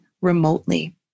remotely